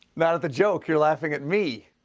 not at the joke, you're laughing at me.